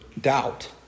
doubt